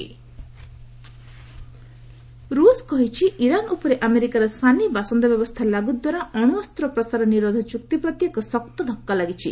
ର୍ନଷିଆ ରୁଷ କହିଛି ଇରାନ୍ ଉପରେ ଆମେରିକାର ସାନି ବାସନ୍ଦ ବ୍ୟବସ୍ଥା ଲାଗୁ ଦ୍ୱାରା ଅଣୁଅସ୍ତ ପ୍ରସାର ନିରୋଧ ଚୁକ୍ତି ପ୍ରତି ଏକ ଶକ୍ତ ଧକ୍କା ଲାଗିଛି